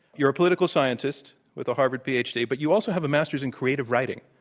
you're a political scientist with a arvard ph. d, but you also have a master's in creative writing.